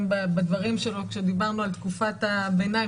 בדברים שלו כשדיברנו על תקופת הביניים,